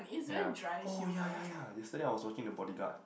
yeah oh yeah yeah yeah yesterday I was watching the bodyguard